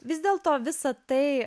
vis dėlto visa tai